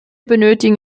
benötigen